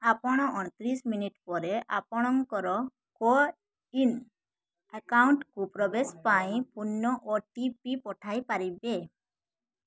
ଆପଣ ଅଣତିରିଶି ମିନିଟ୍ ପରେ ଆପଣଙ୍କର କୋୱିନ୍ ଆକାଉଣ୍ଟ୍କୁ ପ୍ରବେଶ ପାଇଁ ପୁନଃ ଓ ଟି ପି ପଠାଇ ପାରିବେ